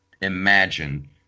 imagine